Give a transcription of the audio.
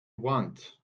want